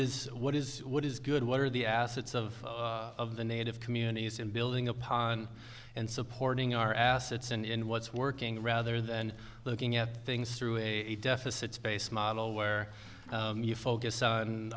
is what is what is good what are the assets of the native communities and building upon and supporting our assets and in what's working rather than looking at things through a deficit space model where you focus on